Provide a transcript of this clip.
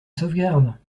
sauvegarde